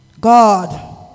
God